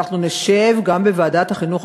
ואנחנו נשב גם בוועדת החינוך,